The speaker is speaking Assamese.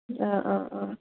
অঁ অঁ অঁ